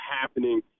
happening